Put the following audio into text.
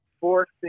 forcing